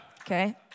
okay